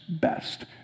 best